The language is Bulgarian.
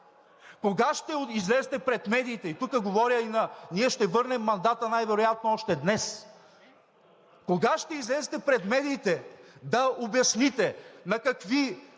Кога ще излезете пред медиите да обясните на какви